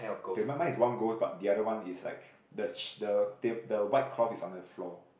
okay mine mine is one ghost but the other one is like the the the the white cloth is on the floor